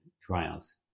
trials